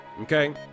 okay